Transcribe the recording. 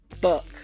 Book